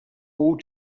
all